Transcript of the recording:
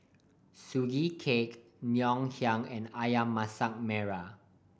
Sugee Cake Ngoh Hiang and Ayam Masak Merah